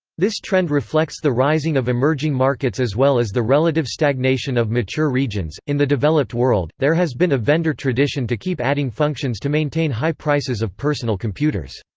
this trend reflects the rising of emerging markets as well as the relative stagnation of mature regions in the developed world, there has been a vendor tradition to keep adding functions to maintain high prices of personal computers.